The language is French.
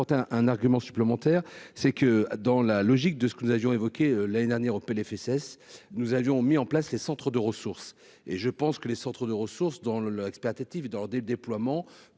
un argument supplémentaire, c'est que dans la logique de ce que nous avions évoqué l'année dernière au PLFSS nous avions mis en place, les centres de ressources et je pense que les centres de ressources dont le le experte dans des déploiements